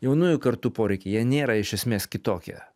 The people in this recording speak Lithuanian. jaunųjų kartų poreikiai jie nėra iš esmės kitokie